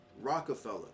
Rockefeller